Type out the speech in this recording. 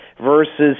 versus